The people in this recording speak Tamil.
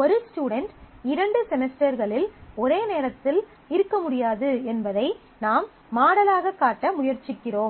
ஒரு ஸ்டுடென்ட் இரண்டு செமஸ்டர்களில் ஒரே நேரத்தில் இருக்க முடியாது என்பதை நாம் மாடலாக காட்ட முயற்சிக்கிறோம்